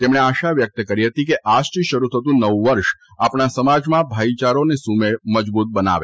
તેમણે આશા વ્યકત કરી હતી કે આજથી શરૂ થતું નવું વર્ષ આપણા સમાજમાં ભાઇયારો અને સુમેળ મજબૂત બનાવે